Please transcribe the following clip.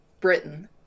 Britain